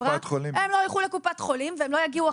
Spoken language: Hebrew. הם לא ילכו לקופת חולים ולהם לא יגיעו